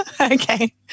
okay